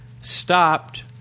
stopped